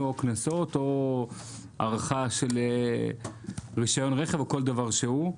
קנסות או הארכת רישיון רכב או כל דבר שהוא.